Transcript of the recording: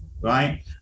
right